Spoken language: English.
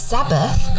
Sabbath